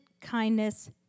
kindness